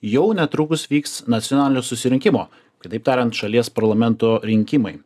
jau netrukus vyks nacionalinio susirinkimo kitaip tariant šalies parlamento rinkimai